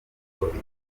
yavutse